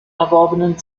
erworbenen